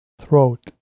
throat